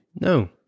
No